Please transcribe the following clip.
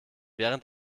während